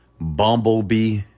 Bumblebee